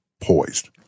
poised